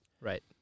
Right